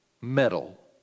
metal